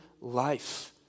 life